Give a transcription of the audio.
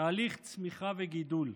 תהליך של צמיחה וגידול.